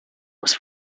was